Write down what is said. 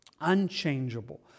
unchangeable